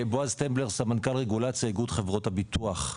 בועז סטמבלר, סמנכ"ל רגולציה, איגוד חברות הביטוח.